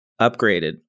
upgraded